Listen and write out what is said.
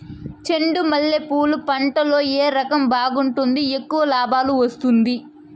చెండు మల్లె పూలు పంట లో ఏ రకం బాగుంటుంది, ఎక్కువగా లాభాలు వస్తుంది?